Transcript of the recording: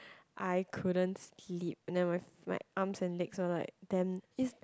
I couldn't sleep and then my my arms and legs were like then it's